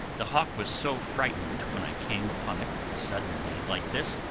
the hawk was so frightened when i came upon it suddenly like this,